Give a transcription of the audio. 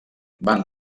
van